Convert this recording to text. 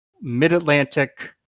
mid-Atlantic